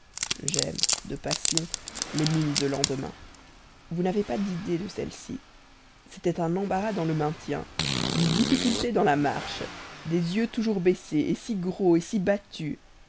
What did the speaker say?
j'aime de passion les mines de lendemain vous n'avez pas d'idée de celle-ci c'était un embarras dans le maintien une difficulté dans la marche des yeux toujours baissés si gros si battus